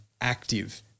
active